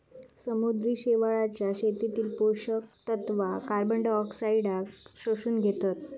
समुद्री शेवाळाच्या शेतीतली पोषक तत्वा कार्बनडायऑक्साईडाक शोषून घेतत